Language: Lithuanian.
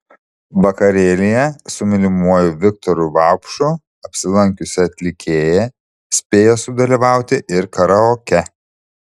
vakarėlyje su mylimuoju viktoru vaupšu apsilankiusi atlikėja spėjo sudalyvauti ir karaoke